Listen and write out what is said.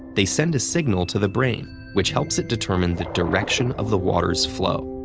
they send a signal to the brain, which helps it determine the direction of the water's flow.